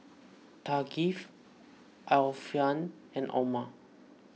Thaqif Alfian and Omar